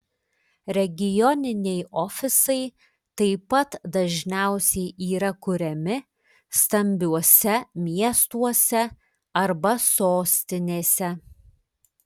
regioniniai ofisai taip pat dažniausiai yra kuriami stambiuose miestuose arba sostinėse